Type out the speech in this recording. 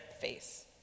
face